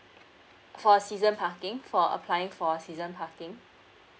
for season parking for applying for season parking